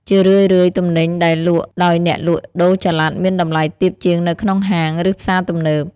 ជារឿយៗ ទំនិញដែលលក់ដោយអ្នកលក់ដូរចល័តមានតម្លៃទាបជាងនៅក្នុងហាង ឬផ្សារទំនើប។